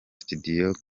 studio